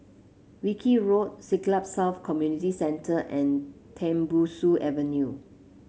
Wilkie Road Siglap South Community Centre and Tembusu Avenue